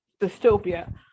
dystopia